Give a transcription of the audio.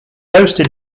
hosted